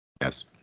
Yes